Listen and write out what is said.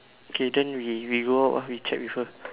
okay then we we go out ah we check with her